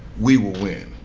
we will win.